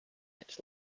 its